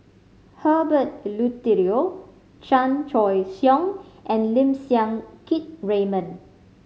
Herbert Eleuterio Chan Choy Siong and Lim Siang Keat Raymond